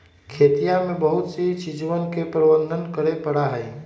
खेतिया में बहुत सी चीजवन के प्रबंधन करे पड़ा हई